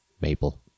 maple